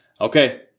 Okay